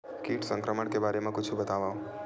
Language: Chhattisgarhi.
कीट संक्रमण के बारे म कुछु बतावव?